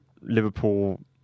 Liverpool